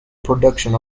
production